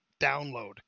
download